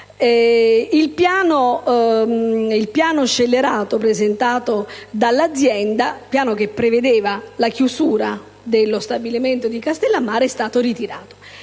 quel piano scellerato presentato dall'azienda, che prevedeva la chiusura dello stabilimento di Castellammare, è stato ritirato.